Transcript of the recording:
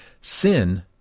sin